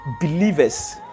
believers